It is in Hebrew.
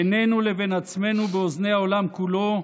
בינינו לבין עצמנו ובאוזני העולם כולו,